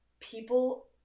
people